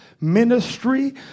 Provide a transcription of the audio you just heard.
ministry